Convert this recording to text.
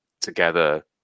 together